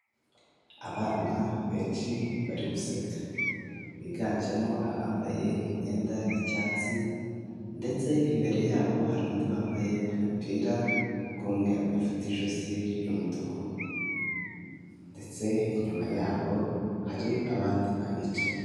Abana benshi bari guseka biganjemo abambaye imyenda y'icyatsi, ndetse imbere yabo hari undi wambaye agapira k'umweru gafite ijosi ry'umutuku, ndetse inyuma yabo hari n'abandi bahicaye.